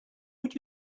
would